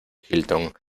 hilton